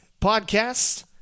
podcast